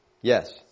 Yes